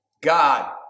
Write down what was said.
God